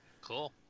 Cool